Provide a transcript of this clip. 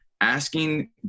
Asking